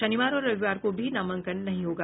शनिवार और रविवार को भी नामांकन नहीं होगा